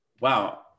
wow